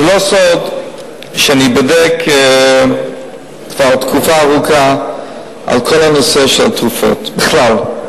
זה לא סוד שאני בודק כבר תקופה ארוכה את כל נושא התרופות בכלל.